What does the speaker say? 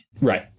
Right